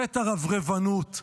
חטא הרברבנות,